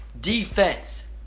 Defense